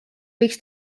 võiks